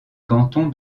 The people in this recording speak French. canton